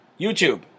YouTube